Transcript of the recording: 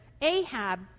Ahab